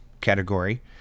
category